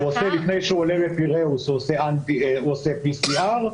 לפני הוא עולה בפיראוס הוא עושה בדיקת PCR,